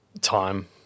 Time